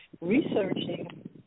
researching